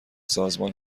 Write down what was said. سازمان